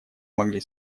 могли